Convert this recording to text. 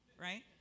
right